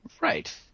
Right